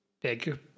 big